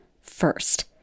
First